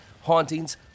hauntings